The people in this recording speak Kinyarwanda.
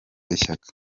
ishyaka